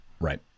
Right